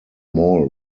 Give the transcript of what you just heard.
mall